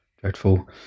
dreadful